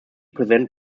present